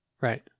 Right